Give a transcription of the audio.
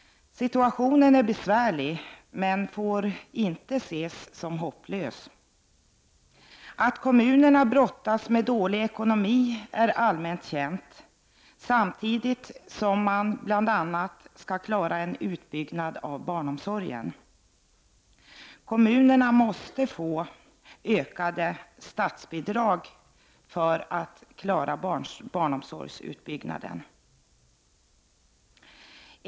Situationen är besvärlig men får inte ses som hopplös. Det är allmänt känt att kommunerna brottas med dålig ekonomi, samtidigt som man bl.a. skall klara en utbyggnad av barnomsorgen. Kommunerna måste få ökade statsbidrag för att kunna klara utbyggnaden av barnomsorgen.